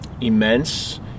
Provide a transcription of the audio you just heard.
immense